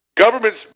governments